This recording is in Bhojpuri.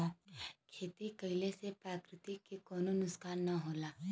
खेती कइले से प्रकृति के कउनो नुकसान ना होला